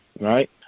right